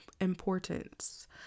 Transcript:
importance